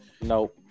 Nope